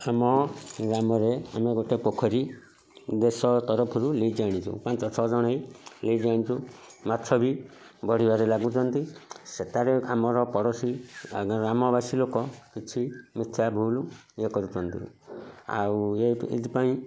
ଆମ ଗ୍ରାମରେ ଆମେ ଗୋଟେ ପୋଖରୀ ଦେଶ ତରଫରୁ ଲିଜ୍ ଆଣିଛୁ ପାଞ୍ଚ ଛଅଜଣ ନେଇ ଲିଜ୍ ଆଣିଛୁ ମାଛ ବି ବଢ଼ିବାରେ ଲାଗୁଛନ୍ତି ସେଠାରେ ଆମର ପଡ଼ୋଶୀ ଗ୍ରାମବାସୀ ଲୋକ କିଛି ମିଥ୍ୟା ଭୁଲ ୟେ କରୁଛନ୍ତି ଆଉ ଏଇ ଏଇଥିପାଇଁ